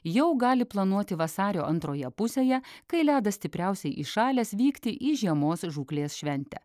jau gali planuoti vasario antroje pusėje kai ledas stipriausiai įšalęs vykti į žiemos žūklės šventę